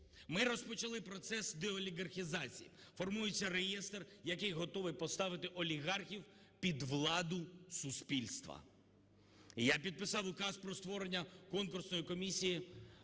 Ми розпочали процес деолігархізації. Формується реєстр, який готовий поставити олігархів під владу суспільства. Я підписав Указ про створення Конкурсної комісії